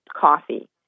coffee